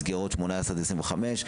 מסגרות 18 עד 25,